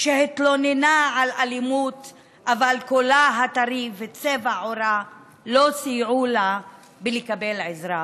שהתלוננה על אלימות אבל קולה הטרי וצבע עורה לא סייעו לה לקבל עזרה,